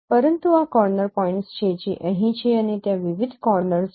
પરંતુ આ corner points છે જે અહીં છે અને ત્યાં વિવિધ કોર્નર્સ છે